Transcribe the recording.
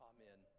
Amen